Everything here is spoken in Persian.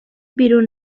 بیرون